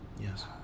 Yes